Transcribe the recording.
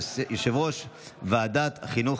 יושב-ראש ועדת החינוך,